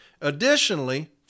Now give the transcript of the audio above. Additionally